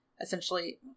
essentially